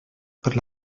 per